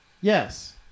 Yes